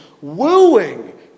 wooing